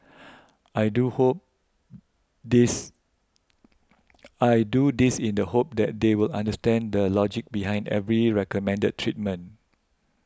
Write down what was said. I do hope this I do this in the hope that they will understand the logic behind every recommended treatment